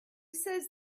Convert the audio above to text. says